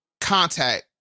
contact